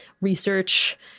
research